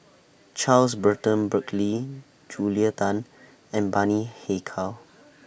Charles Burton Buckley Julia Tan and Bani Haykal